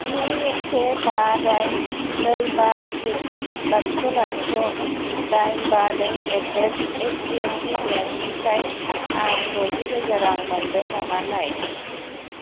स्नि से बा दाइन नै बा लाथिख' लाथिख' दाइन बा नै ऐद्रेत ओइसदिएपचि बेंक निफ्राय आं द'जि रोजा रां मोन्दों नामा नाय